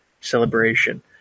celebration